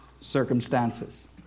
circumstances